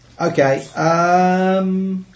Okay